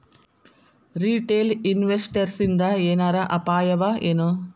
Retail ಇನ್ವೆಸ್ಟರ್ಸಿಂದಾ ಏನರ ಅಪಾಯವಎನು?